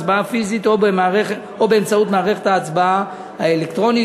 הצבעה פיזית או באמצעות מערכת ההצבעה האלקטרונית.